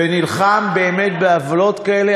ונלחם באמת בעוולות כאלה,